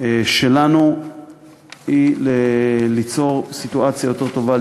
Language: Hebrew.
שלנו היא ליצור סיטואציה יותר טובה,